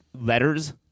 letters